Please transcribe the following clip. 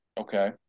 Okay